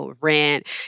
rent